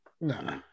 no